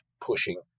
pushing